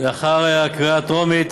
לאחר הקריאה הטרומית,